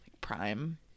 prime